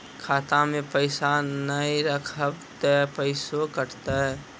खाता मे पैसा ने रखब ते पैसों कटते?